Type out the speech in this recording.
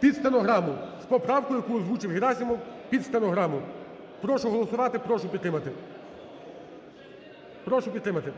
під стенограму… з поправкою, яку озвучив Герасимов під стенограму. Прошу голосувати, прошу підтримати. Прошу підтримати.